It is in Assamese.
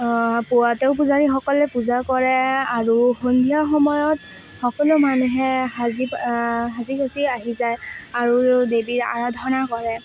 পুৱাতেও পূজাৰী সকলে পূজা কৰে আৰু সন্ধিয়া সময়ত সকলো মানুহে সাজি সাজি কাচি আহি যায় আৰু দেৱীৰ আৰাধনা কৰে